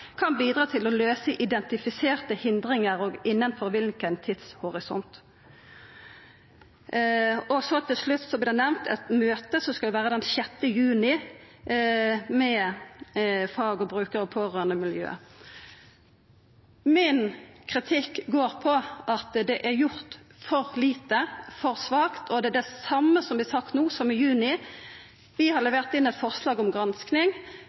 kan bidra til å løse identifiserte hindringer og innenfor hvilken tidshorisont.» Til slutt vert det nemnt eit møte som skal vera den 6. juni med fag-, brukar- og pårørandemiljøa. Min kritikk går på at det er gjort for lite, det er for svakt, og det er det same som vert sagt no som i juni. Vi har levert inn eit forslag om gransking,